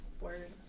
Word